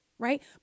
Right